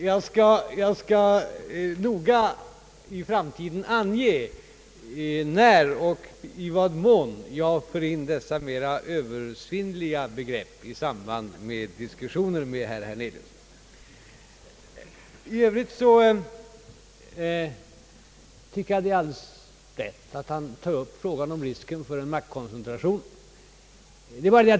Jag skall noga i framtiden ange när och i vad mån jag för in detta mera översinnliga begrepp i samband med diskussioner med herr Hernelius! I övrigt tycker jag det är alldeles rätt att han tar upp frågan om risken för en maktkoncentration.